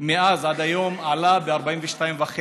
מאז עד היום עלה ב-42.5%.